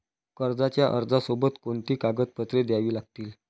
कर्जाच्या अर्जासोबत कोणती कागदपत्रे द्यावी लागतील?